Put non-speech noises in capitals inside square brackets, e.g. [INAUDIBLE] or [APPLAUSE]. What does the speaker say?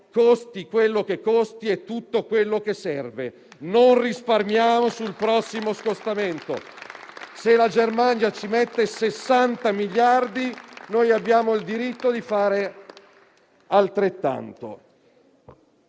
«costi quello che costi e tutto quello che serve»: non risparmiamo sul prossimo scostamento. [APPLAUSE] Se la Germania ci mette 60 miliardi, abbiamo il diritto di fare altrettanto.